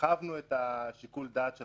הרחבנו את שיקול הדעת של הרשם.